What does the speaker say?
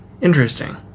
Interesting